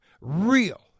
Real